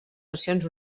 nacions